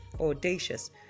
audacious